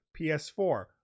PS4